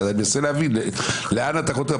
אני מנסה להבין לאן אתה חותר.